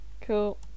Cool